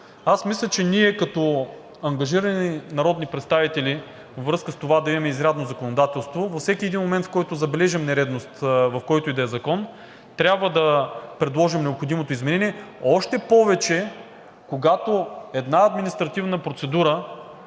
Мисля, че ние като ангажирани народни представители във връзка с това да имаме изрядно законодателство във всеки един момент, в който забележим нередност, в който и да е закон, трябва да предложим необходимото изменение. Още повече, когато една административна процедура